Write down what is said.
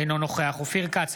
אינו נוכח אופיר כץ,